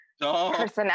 personality